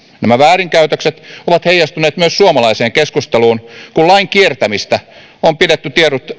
nämä väärinkäytökset ovat heijastuneet myös suomalaiseen keskusteluun kun lain kiertämistä on pidetty